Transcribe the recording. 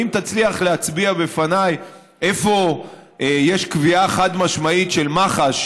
ואם תצליח להצביע בפניי איפה יש קביעה חד-משמעית של מח"ש,